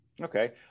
Okay